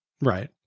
Right